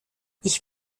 ich